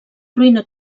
ruïna